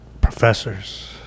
professors